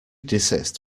desist